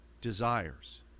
desires